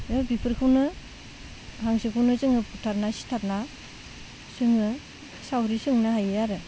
बिफोरखोनो हांसोखौनो जोङो बुथारना सिथारना जोङो सावरि सोंनो हायो आरो